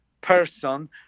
person